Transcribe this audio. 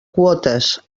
quotes